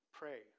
pray